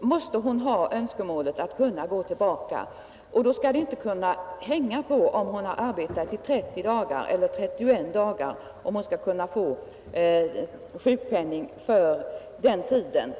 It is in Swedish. måste hon lämna arbetet, och då skall det inte hänga på om hon har arbetat 30 eller 31 dagar, för att hon skall få sjukpenning för den tiden.